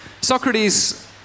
Socrates